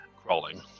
Crawling